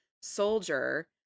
soldier